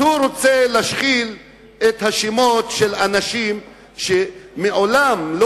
אז הוא רוצה להשחיל את השמות של אנשים שמעולם לא